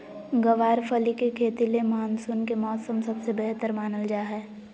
गँवार फली के खेती ले मानसून के मौसम सबसे बेहतर मानल जा हय